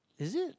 is it